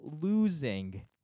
losing